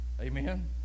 amen